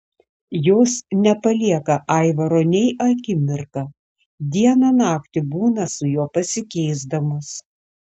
jos nepalieka aivaro nei akimirką dieną naktį būna su juo pasikeisdamos